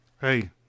Hey